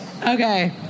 Okay